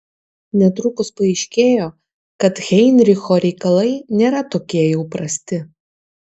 netrukus paaiškėjo kad heinricho reikalai nėra tokie jau prasti